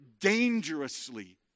dangerously